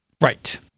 right